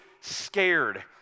scared